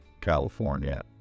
California